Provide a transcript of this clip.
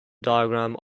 diagram